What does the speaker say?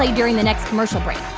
like during the next commercial break